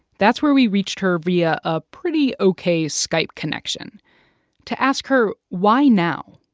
that's where we reached her via a pretty ok skype connection to ask her, why now?